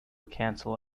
cancel